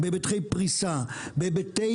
בהיבטי